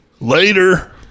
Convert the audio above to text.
Later